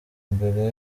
mbere